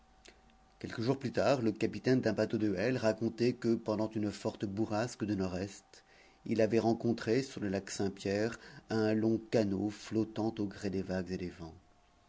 quelques jours plus tard le capitaine d'un bateau de l racontait que pendant une forte bourrasque de nord-est il avait rencontré sur le lac saint-pierre un long canot flottant au gré des vagues et des vents